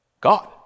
God